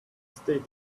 state